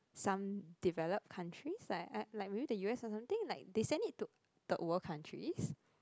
some developed countries like uh like maybe the u_s or something like they send it to third world countries